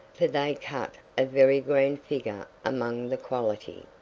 for they cut a very grand figure among the quality.